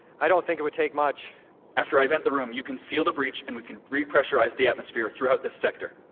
i don't think it would take much after i vent the room you can seal the breach and we can re-pressurize the atmosphere throughout this sector.